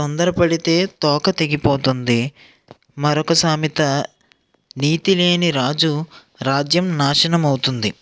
తొందరపడితే తోక తెగిపోతుంది మరొక సామెత నీతి లేని రాజు రాజ్యం నాశనం అవుతుంది